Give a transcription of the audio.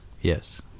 Yes